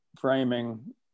framing